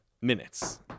minutes